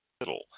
Little